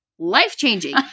life-changing